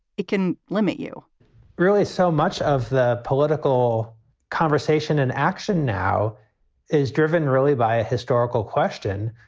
it can limit you really so much of the political conversation and action now is driven really by a historical question,